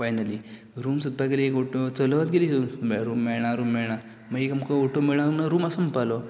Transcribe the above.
finally room सोदपाक गेले एक फावट चलत गेलीं रूम रूम मेळना रूम मेळना मागीर आमकां ओटो म्हळ्यार रूम आसा म्हणपालो